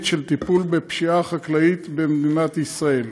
של טיפול בפשיעה חקלאית במדינת ישראל.